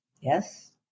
Yes